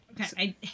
Okay